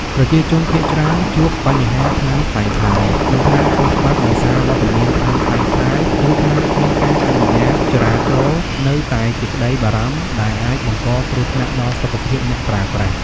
ប្រជាជនភាគច្រើនជួបបញ្ហាថ្នាំក្លែងក្លាយ និងថ្នាំខុសច្បាប់ដោយសារវត្តមានថ្នាំក្លែងក្លាយ ឬថ្នាំគ្មានការអនុញ្ញាតចរាចរណ៍នៅតែជាក្ដីបារម្ភ ដែលអាចបង្កគ្រោះថ្នាក់ដល់សុខភាពអ្នកប្រើប្រាស់។